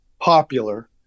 popular